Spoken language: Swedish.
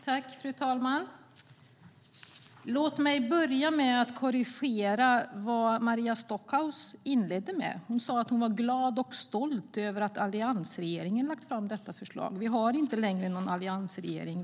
Fru talman! Låt mig börja med att korrigera vad Maria Stockhaus inledde med. Hon sa att hon var glad och stolt över att alliansregeringen har lagt fram detta förslag. Vi har inte längre någon alliansregering.